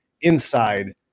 inside